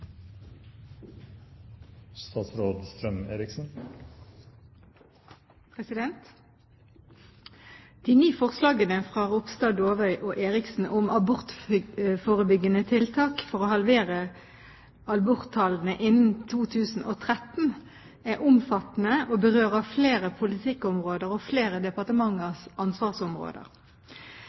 om abortforebyggende tiltak for å halvere aborttallene innen 2013 er omfattende, og berører flere politikkområder og flere departementers ansvarsområder.